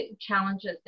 challenges